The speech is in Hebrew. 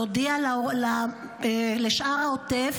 להודיע לשאר העוטף?